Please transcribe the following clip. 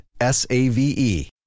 S-A-V-E